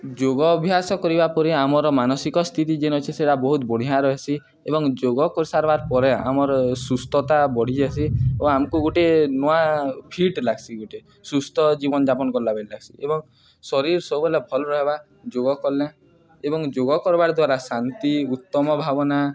ଯୋଗ ଅଭ୍ୟାସ କରିବା ପରେ ଆମର ମାନସିକ ସ୍ଥିତି ଯେନ୍ ଅଛି ସେଟା ବହୁତ ବଢ଼ିଆ ରହିସି ଏବଂ ଯୋଗ କରିସାରବାର୍ ପରେ ଆମର ସୁସ୍ଥତା ବଢ଼ିଯାଏସି ଓ ଆମକୁ ଗୋଟେ ନୂଆ ଫିଟ୍ ଲାଗସି ଗୋଟେ ସୁସ୍ଥ ଜୀବନଯାପନ କରଲାବେଳେ ଲାଗସି ଏବଂ ଶରୀର ସବୁବେଲେ ଭଲ ରହିବା ଯୋଗ କଲେ ଏବଂ ଯୋଗ କରବାର୍ ଦ୍ୱାରା ଶାନ୍ତି ଉତ୍ତମ ଭାବନା